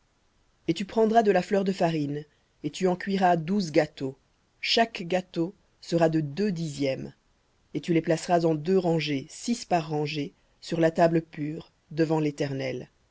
et tu prendras de la fleur de farine et tu en cuiras douze gâteaux chaque gâteau sera de deux dixièmes et tu les placeras en deux rangées six par rangée sur la table pure devant l'éternel